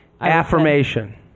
Affirmation